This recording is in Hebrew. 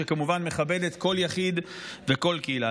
שכמובן מכבדת כל יחיד וכל קהילה.